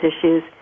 issues